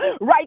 Right